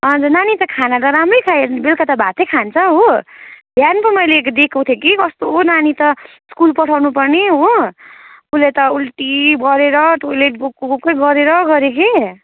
हजुर नानी त खाना त राम्रै खायो बेलुका त भातै खान्छ हो बिहान त मैले दिएको थिएँ कि कस्तो नानी त स्कुल पठाउनुपर्ने हो उसले त उल्टी गरेर टोयलेट गएको गएकै गरेर गऱ्यो के